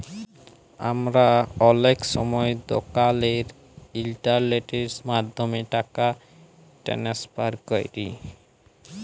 আমরা অলেক সময় দকালের ইলটারলেটের মাধ্যমে টাকা টেনেসফার ক্যরি